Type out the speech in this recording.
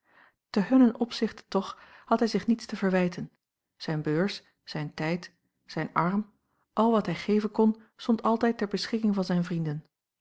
te hunnen opzichte toch had hij zich niets te verwijten zijn beurs zijn tijd zijn arm al wat hij geven kon stond altijd ter beschikking van zijn vrienden